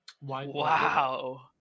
Wow